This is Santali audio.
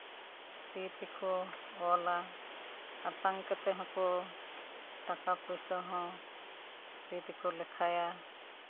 ᱛᱤ ᱛᱮᱠᱚ ᱚᱞᱟ ᱟᱛᱟᱝ ᱠᱟᱛᱮᱫ ᱦᱚᱸᱠᱚ ᱴᱟᱠᱟ ᱯᱚᱭᱥᱟ ᱦᱚᱸ ᱛᱤ ᱛᱮᱠᱚ ᱞᱮᱠᱷᱟᱭᱟ